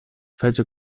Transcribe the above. fece